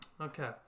Okay